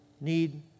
need